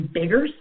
bigger